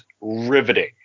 riveting